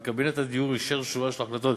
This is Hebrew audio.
וקבינט הדיור אישר שורה של החלטות.